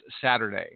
Saturday